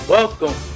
Welcome